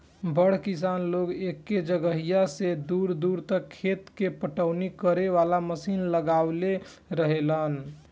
बड़ किसान लोग एके जगहिया से दूर दूर तक खेत के पटवनी करे वाला मशीन लगवले रहेलन